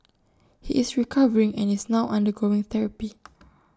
he is recovering and is now undergoing therapy